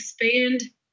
expand